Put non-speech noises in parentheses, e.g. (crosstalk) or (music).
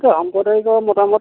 (unintelligible) মতামত